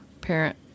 parent